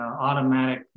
automatic